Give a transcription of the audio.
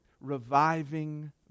reviving